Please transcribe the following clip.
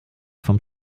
vom